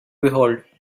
behold